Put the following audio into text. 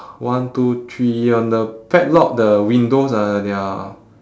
one two three on the padlock the windows are they're